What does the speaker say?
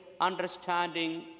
understanding